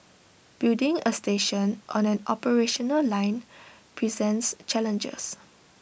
building A station on an operational line presents challenges